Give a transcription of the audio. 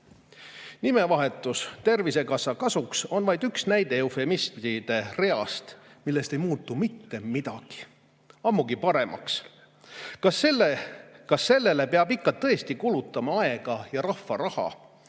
Tervisekassa kasuks on vaid üks näide eufemismide reast, millest ei muutu mitte midagi, ammugi mitte paremaks. Kas sellele peab ikka tõesti kulutama aega ja rahva raha,